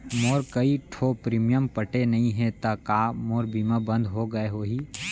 मोर कई ठो प्रीमियम पटे नई हे ता का मोर बीमा बंद हो गए होही?